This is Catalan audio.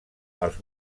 els